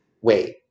Wait